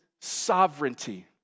sovereignty